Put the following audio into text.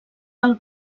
del